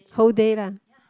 whole day lah